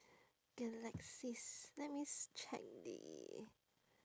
galaxis let me check the